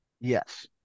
Yes